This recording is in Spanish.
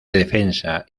defensa